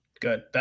Good